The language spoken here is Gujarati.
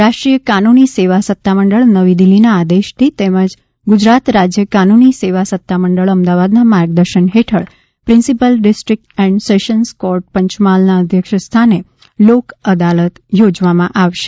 રાષ્ટ્રિય કાન્રની સેવા સત્તા મંડળ નવી દિલ્હીના આદેશથી તેમજ ગુજરાત રાજ્ય કાનૂની સેવા સત્તા મંડળ અમદાવાદના માર્ગદર્શન હેઠળ principal district and sessions court પંચમહાલના અધ્યક્ષ સ્થાને લોકઅદાલત યોજવામાં આવશે